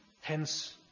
Hence